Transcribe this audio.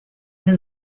than